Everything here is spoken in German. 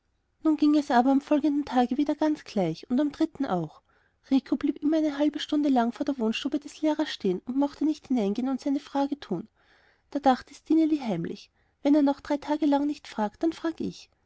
nun ging es aber am folgenden tage wieder ganz gleich und am dritten auch rico blieb immer eine halbe stunde lang vor der wohnstube des lehrers stehen und mochte nicht hineingehen und seine frage tun da dachte stineli heimlich wenn er noch drei tage lang nicht fragt dann frag ich